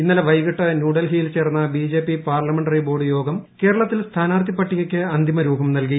ഇന്നലെ വൈകിട്ട് ന്യൂഡൽഹിയിൽ ചേർന്ന ബിജെപി പാർലമെന്ററി ബോർഡ് യോഗം കേരളത്തിൽ സ്ഥാനാർത്ഥി പട്ടികയ്ക്ക് അന്തിമരൂപം നൽകി